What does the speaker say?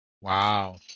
Wow